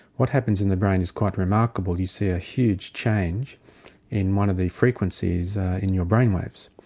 what happens in the brain is quite remarkable. you see a huge change in one of the frequencies in your brain waves,